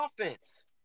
offense